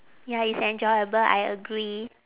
ya it's enjoyable I agree